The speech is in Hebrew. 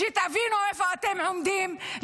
שתבינו איפה אתם עומדים,